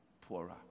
poorer